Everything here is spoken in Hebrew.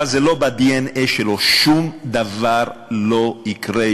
אבל זה לא בדנ"א שלו, שום דבר לא יקרה.